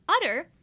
utter